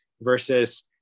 versus